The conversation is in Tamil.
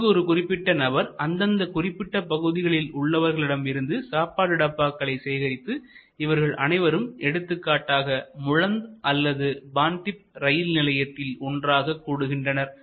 அங்கு ஒரு குறிப்பிட்ட நபர் அந்தந்த குறிப்பிட்ட பகுதிகளில் உள்ளவர்களிடமிருந்து சாப்பாடு டப்பாக்களை சேகரித்து இவர்கள் அனைவரும் எடுத்துக்காட்டாக முழந்த் அல்லது பான்திப் ரயில் நிலையத்தில் ஒன்றாக கூடுகின்றனர்